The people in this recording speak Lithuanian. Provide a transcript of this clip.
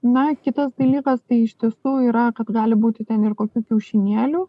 na kitas dalykas tai iš tiesų yra kad gali būti ten ir kokių kiaušinėlių